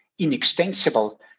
inextensible